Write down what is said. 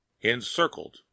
Encircled